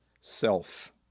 self